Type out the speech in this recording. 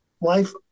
life